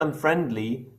unfriendly